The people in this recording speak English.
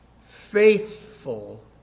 Faithful